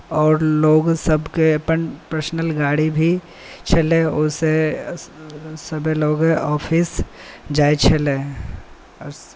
आओर लोकसभके अपन पर्सनल गाड़ी भी छलै ओहिसँ सभलोक ऑफिस जाइत छलै आओर